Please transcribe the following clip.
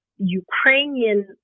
Ukrainian